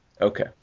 Okay